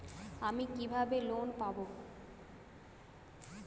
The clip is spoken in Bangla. আমি কিভাবে লোন পাব?